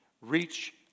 reach